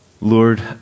Lord